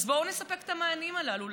אז בואו נספק את המענים הללו.